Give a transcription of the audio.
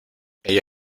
ella